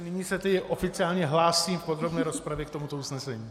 Nyní se tedy oficiálně hlásím v podrobné rozpravě k tomuto usnesení.